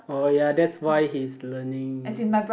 oh ya that's why he's learning